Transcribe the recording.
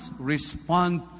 respond